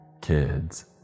kids